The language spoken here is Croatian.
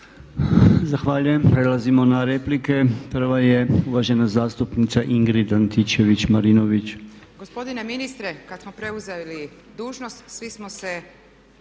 Zahvaljujem. Prelazimo na replike. Uvažena zastupnica Ingrid Antičević Marinović.